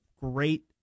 great